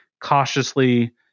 cautiously